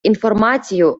інформацію